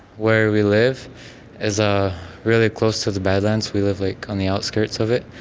where we live is ah really close to the badlands. we live like on the outskirts of it.